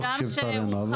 "ברוך שפטרנו",